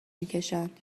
میکشند